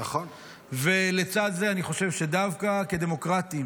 ולצד זה אני חושב שדווקא כדמוקרטים